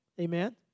Amen